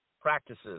practices